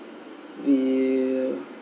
will